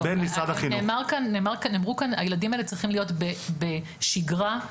הילדים האלה צריכים להיות בשגרה,